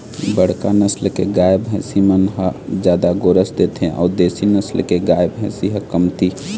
बड़का नसल के गाय, भइसी मन ह जादा गोरस देथे अउ देसी नसल के गाय, भइसी ह कमती